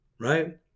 right